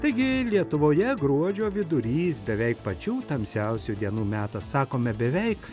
taigi lietuvoje gruodžio vidurys beveik pačių tamsiausių dienų metas sakome beveik